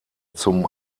zum